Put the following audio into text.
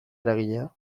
eragilea